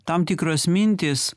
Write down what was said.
tam tikros mintys